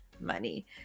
money